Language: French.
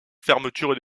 fermeture